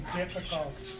difficult